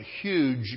huge